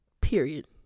Period